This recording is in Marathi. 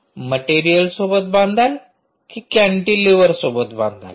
मटेरियल सोबत बांधाल कि कॅटीलिव्हर सोबत बांधाल